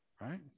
Right